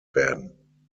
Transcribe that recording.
werden